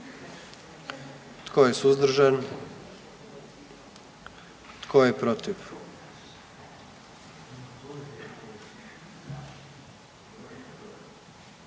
Tko je suzdržan? Tko je protiv?